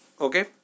Okay